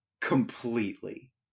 Completely